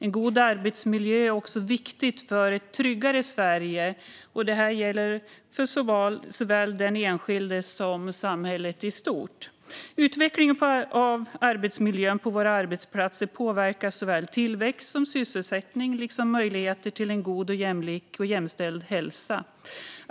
En god arbetsmiljö är också viktig för ett tryggare Sverige. Detta gäller för såväl den enskilde som samhället i stort. Utvecklingen av arbetsmiljön på våra arbetsplatser påverkar såväl tillväxt som sysselsättning, liksom möjligheterna till en god, jämlik och jämställd hälsa.